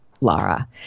Lara